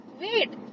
wait